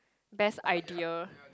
best idea